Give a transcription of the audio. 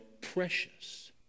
precious